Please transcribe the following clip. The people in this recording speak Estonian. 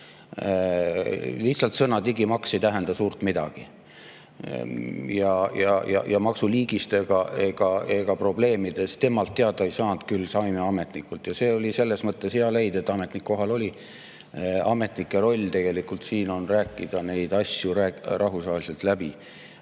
Lihtsalt sõna "digimaks" ei tähenda suurt midagi. Maksu liigi ja probleemide kohta me temalt teada ei saanud, küll aga saime ametnikult, ja see oli selles mõttes hea leid, et ametnik kohal oli. Ametnike roll tegelikult on rääkida neid asju rahvusvaheliselt läbi